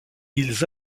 ils